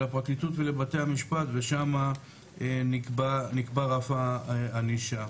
הפרקליטות ולבתי המשפט ושמה נקבע רף הענישה.